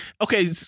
Okay